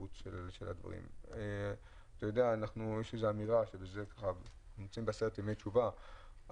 אנחנו נמצאים בעשרת ימי תשובה.